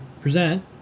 present